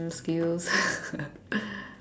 skills